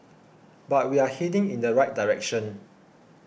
but we are heading in the right direction